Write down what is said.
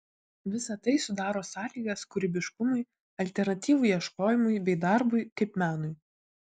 visa tai sudaro sąlygas kūrybiškumui alternatyvų ieškojimui bei darbui kaip menui